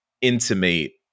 intimate